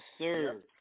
sir